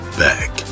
back